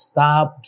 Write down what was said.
Stop